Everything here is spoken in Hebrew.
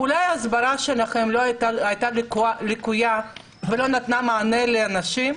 אולי ההסברה שלכם הייתה לקויה ולא נתנה מענה לאנשים?